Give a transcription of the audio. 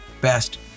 Best